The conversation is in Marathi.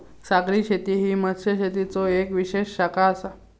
सागरी शेती ही मत्स्यशेतीचो येक विशेष शाखा आसा